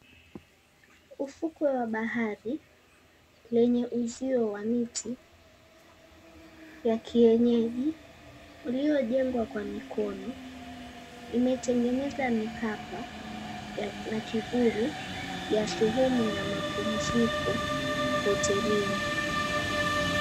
Ufukwe wa bahari wenye uzio wa miti ya kienyeji uliojengwa kwa mikono limetengeneza mikapa na kivuli ya sehemu ya mapumziko hotelini.